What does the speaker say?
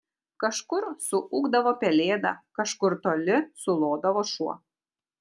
kažkur suūkdavo pelėda kažkur toli sulodavo šuo